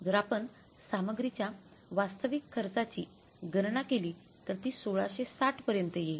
जर आपण सामग्रीच्या वास्तविक खर्चाची गणना केली तर ती 1660 पर्यंत येईल